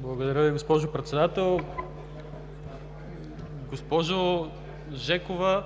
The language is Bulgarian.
Благодаря Ви, госпожо Председател. Госпожо Жекова,